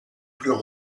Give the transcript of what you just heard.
plus